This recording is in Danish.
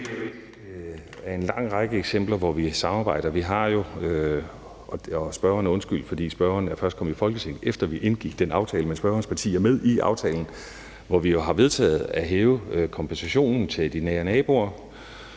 ... en lang række eksempler, hvor vi samarbejder. Vi har jo en aftale, og spørgeren er undskyldt, for spørgeren er først kommet i Folketinget, efter vi indgik den aftale, men spørgerens parti er med i aftalen, hvor vi har vedtaget at hæve kompensationen til de nære naboer